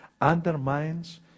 undermines